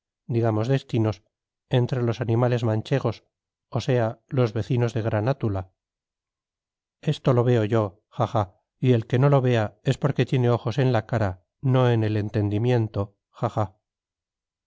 digamos destinos entre los animales manchegos o sea los vecinos de granátula esto lo veo yo ja ja y el que no lo vea es porque tiene ojos en la cara no en el entendimiento ja